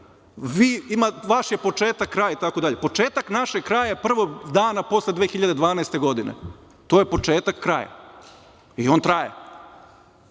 vaš je početak, kraj itd. Početak našeg kraja je prvog dana posle 2012. godine, to je početak kraja i on traje,